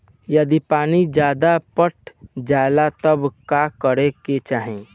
यदि पानी ज्यादा पट जायी तब का करे के चाही?